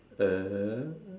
uh